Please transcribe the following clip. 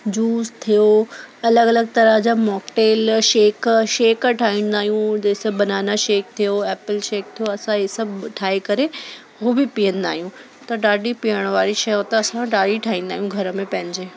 juice थियो अलॻि अलॻि तरह जा मॉकटेल शेक शेक ठाहींदा आहियूं जीअं स बनाना शेक थियो एप्पल शेक थियो असां इहे सभु ठाहे करे उहा बि पीअंदा आहियूं त ॾाढी पीअण वारी शइ उहो त असां ॾाढी ठाहींदा आहियूं घर में पंहिंजे